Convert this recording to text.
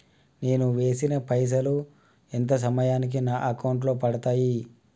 నేను వేసిన పైసలు ఎంత సమయానికి నా అకౌంట్ లో పడతాయి?